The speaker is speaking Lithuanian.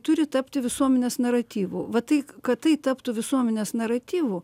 turi tapti visuomenės naratyvu va tai kad tai taptų visuomenės naratyvu